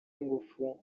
ingufu